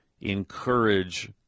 encourage